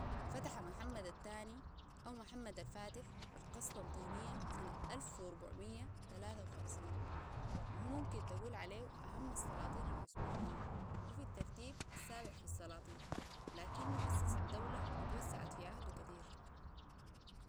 فتح محمد الثاني أو محمد الفاتح قسطنطينية سنة الف اربعميه تلاته وخمسين وهو ممكن تقول عليه أهم السلاطين العثمانيين وهو في الترتيب السابع في السلاطين لكنو أسس الدولة واتوسعت في عهده كتير